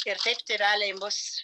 ir taip tėveliai mus